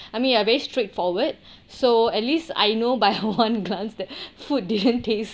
I mean I very straightforward so at least I know by one glance that food didn't taste